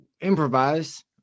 improvise